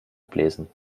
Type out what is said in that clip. ablesen